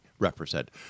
represent